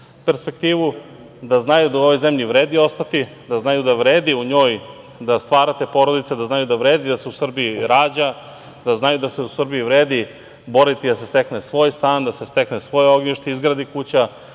da znaju da u ovoj zemlji vredi ostati, da znaju da vredi u njoj da stvarate porodice, da znaju da vredi da se u Srbiji rađa, da znaju da se u Srbiji vredi boriti da se stekne svoj stan, da se stekne svoje ognjište, izgradi kuća,